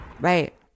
Right